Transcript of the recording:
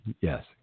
yes